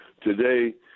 Today